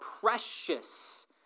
precious